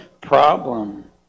problem